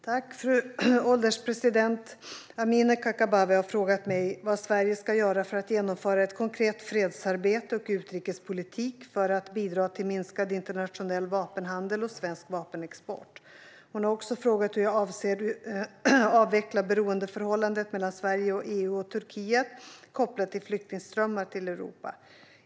Fru ålderspresident! Amineh Kakabaveh har frågat mig vad Sverige ska göra för att genomföra konkret fredsarbete och utrikespolitik för att bidra till minskad internationell vapenhandel och svensk vapenexport. Hon har också frågat hur jag avser att avveckla beroendeförhållandet mellan Sverige och EU och Turkiet kopplat till flyktingströmmar till Europa.